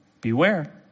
beware